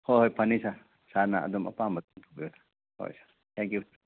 ꯍꯣꯏ ꯍꯣꯏ ꯐꯅꯤ ꯁꯥꯔ ꯁꯥꯔꯅ ꯑꯗꯨꯝ ꯑꯄꯥꯝꯕ ꯇꯧꯕꯤꯔꯣ ꯁꯥꯔ ꯍꯣꯏ ꯊꯦꯡ ꯌꯨ